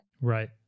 Right